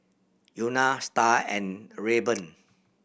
Euna Star and Rayburn